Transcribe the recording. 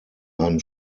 ein